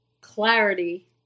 clarity